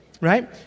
Right